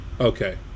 Okay